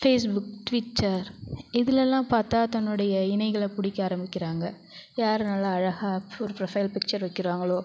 Facebook Twitter இதில்லாம் பார்த்தா தன்னுடைய இணைகளை பிடிக்க ஆரம்பிக்கிறாங்க யார் நல்ல அழகாக ஒரு ப்ரொஃபைல் பிக்சர் வைக்கிறாங்களோ